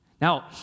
Now